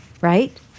right